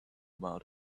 about